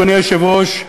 אדוני היושב-ראש,